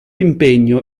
impegno